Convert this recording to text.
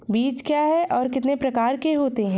बीज क्या है और कितने प्रकार के होते हैं?